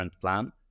plan